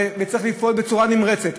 וצריך לפעול בצורה נמרצת.